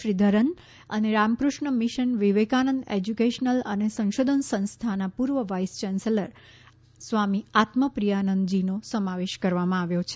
શ્રીધરન અને Ramakrishna mission Vivekananda educational અને સંશોધન સંસ્થાના પૂર્વ વાઇસ યાન્સેલર સ્વામી આત્મપ્રિયાનંદજીનો સમાવેશ કરવામાં આવ્યો છે